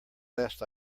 last